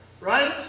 Right